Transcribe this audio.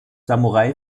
samurai